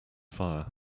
fire